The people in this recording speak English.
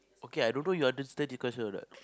okay I don't know you understand this question or not